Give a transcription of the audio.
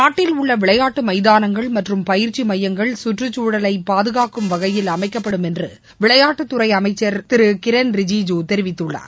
நாட்டில் உள்ள விளையாட்டு மைதானங்கள் மற்றும் பயிற்சி மையங்கள் சுற்றுச்சூழலை பாதுகாக்கும் வகையில் அமைக்கப்படும் என்று விளையாட்டுத்துறை அமைச்சர் கிரண் ரிஜூஜூ தெரிவித்துள்ளார்